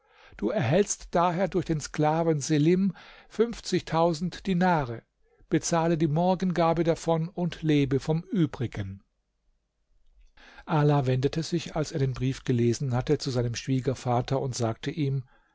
du erhältst daher durch den sklaven selim fünfzigtausend dinare bezahle die morgengabe davon und lebe vom übrigen ala wendete sich als er den brief gelesen hatte zu seinem schwiegervater und sagte ihm